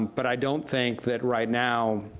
but i don't think that right now